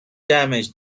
damage